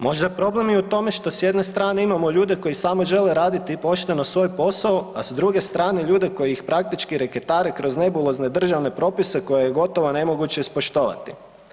Možda je problem i u tome što s jedne strane imamo ljude koji samo žele raditi pošteno svoj posao, a s druge strane ljude koji ih praktički reketare kroz nebulozne državne propise koje je gotovo nemoguće ispoštovati.